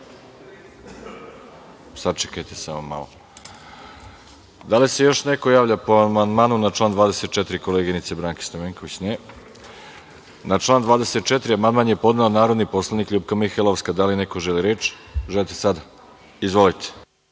Sačekajte samo malo. Da li se još neko javlja po amandmanu na član 24. koleginice Branke Stamenković? (Ne)Na član 24. amandman je podnela narodni poslanik LJupka Mihajlovska. Da li neko želi reč? Izvolite.